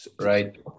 right